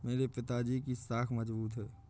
मेरे पिताजी की साख मजबूत है